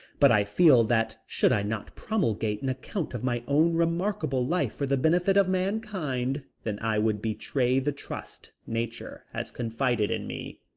but i feel that should i not promulgate an account of my own remarkable life for the benefit of mankind then i would betray the trust nature has confided in me.